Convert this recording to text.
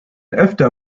öfter